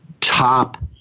top